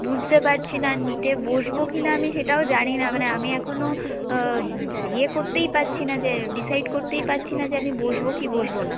বুঝতে পারছি না নিটে বসব কি না আমি সেটাও জানি না মানে আমি এখনও ইয়ে করতেই পারছি না যে ডিসাইড করতেই পারছি না যে আমি বসব কি বসব না